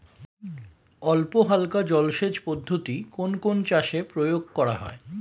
অল্পহালকা জলসেচ পদ্ধতি কোন কোন চাষে প্রয়োগ করা হয়?